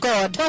God